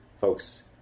Folks